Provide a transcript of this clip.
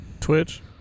Twitch